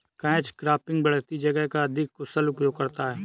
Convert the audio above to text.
catch cropping बढ़ती जगह का अधिक कुशल उपयोग करता है